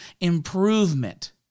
improvement